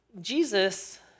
Jesus